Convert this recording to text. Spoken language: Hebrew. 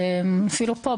אפילו פה,